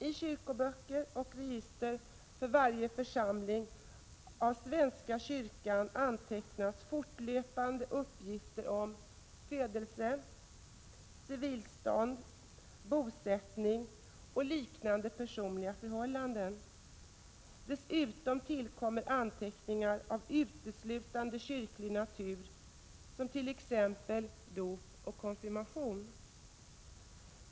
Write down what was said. I kyrkoböcker och register för varje församling av svenska kyrkan antecknas fortlöpande uppgifter om födelse, civilstånd, bosättning och liknande personliga förhållanden. Dessutom tillkommer anteckningar av uteslutande kyrklig natur, t.ex. uppgifter om dop och konfirmation.